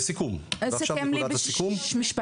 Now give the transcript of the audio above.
תסכם לי במשפט.